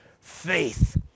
faith